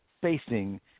facing